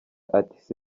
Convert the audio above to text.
ati